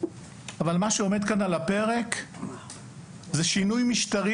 אבל מה שעומד כאן על הפרק זה שינוי משטרי